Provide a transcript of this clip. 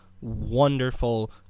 wonderful